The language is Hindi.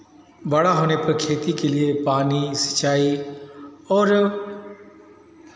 बड़ा होने पर खेती के लिए पानी सिंचाई और